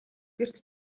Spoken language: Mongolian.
гэрт